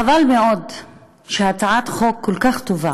כבוד היושבת-ראש, חבל מאוד שהצעת חוק כל כך טובה,